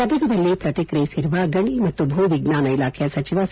ಗದಗದಲ್ಲಿ ಪ್ರತಿಕ್ರಿಯಿಸಿರುವ ಗಣಿ ಮತ್ತು ಭೂವಿಜ್ಮಾನ ಇಲಾಖೆಯ ಸಚಿವ ಸಿ